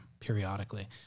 Periodically